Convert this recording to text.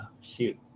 shoot